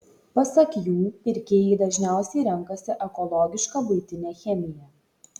pasak jų pirkėjai dažniausiai renkasi ekologišką buitinę chemiją